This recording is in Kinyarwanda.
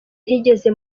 ntigeze